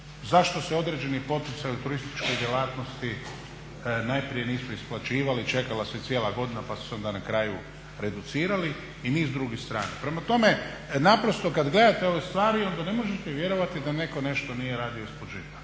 zašto se određeni poticaji u turističkoj djelatnosti najprije nisu isplaćivali, čekala se cijela godina pa su se onda na kraju reducirali i niz drugih …. Prema tome, naprosto kad gledate ove stvari onda ne možete vjerovati da netko nešto nije radio iz početka